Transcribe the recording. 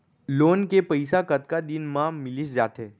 Loan के पइसा कतका दिन मा मिलिस जाथे?